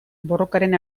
borrokaren